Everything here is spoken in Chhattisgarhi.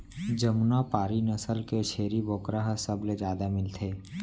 जमुना पारी नसल के छेरी बोकरा ह सबले जादा मिलथे